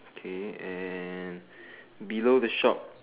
okay and below the shop